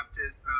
baptist